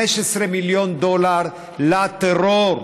15 מיליון דולר לטרור.